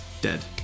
dead